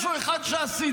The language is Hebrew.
משהו אחד שעשית.